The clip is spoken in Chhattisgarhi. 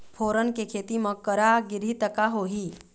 फोरन के खेती म करा गिरही त का होही?